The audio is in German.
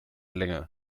länge